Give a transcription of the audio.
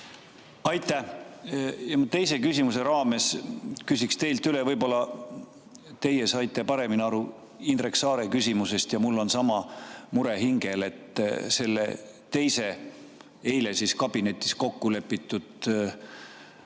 Aitäh! Teise küsimuse raames küsiks teilt üle. Võib-olla teie saite paremini aru Indrek Saare küsimusest ja mul on sama mure hingel. Selle teise, eile kabinetis kokkulepitud